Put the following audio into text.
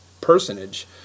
personage